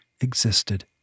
existed